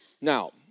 Now